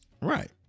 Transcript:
Right